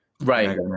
right